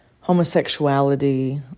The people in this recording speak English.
homosexuality